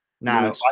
now